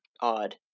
odd